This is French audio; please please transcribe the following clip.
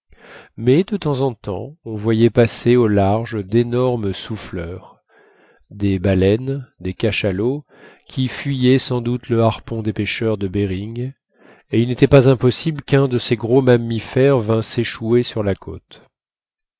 mais de temps en temps on voyait passer au large d'énormes souffleurs des baleines des cachalots qui fuyaient sans doute le harpon des pêcheurs de behring et il n'était pas impossible qu'un de ces gros mammifères vînt s'échouer sur la côte